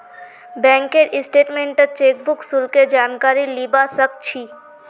बैंकेर स्टेटमेन्टत चेकबुक शुल्केर जानकारी लीबा सक छी